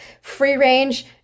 free-range